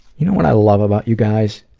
you know what i love about you guys?